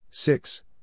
Six